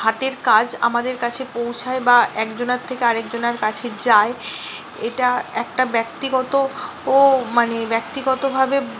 হাতের কাজ আমাদের কাছে পৌঁছায় বা একজনার থেকে আরেকজনার কাছে যায় এটা একটা ব্যক্তিগত ও মানে ব্যক্তিগতভাবে